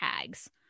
tags